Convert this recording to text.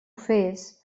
fes